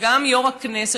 וגם יו"ר הכנסת,